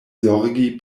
zorgi